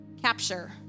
Capture